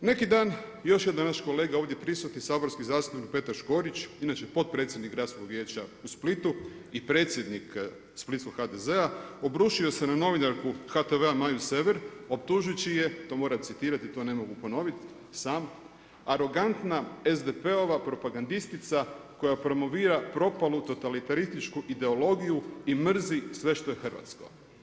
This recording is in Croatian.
Neki dan još je naš kolega ovdje prisutni saborski zastupnik Petar Škorić, inače potpredsjednik Gradskog vijeća u Splitu i predsjednik splitskog HDZ-a obrušio se na novinarku HTV-a Maju Sever optužujući je, to moram citirati, to ne mogu ponoviti sam arogantna SDP-ova propagandistica koja promovira propalu totalitarističku ideologiju i mrzi sve što je hrvatsko.